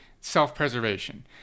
self-preservation